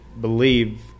believe